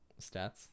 stats